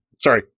Sorry